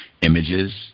images